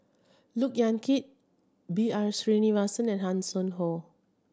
Look Yan Kit B R Sreenivasan Hanson Ho